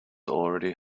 already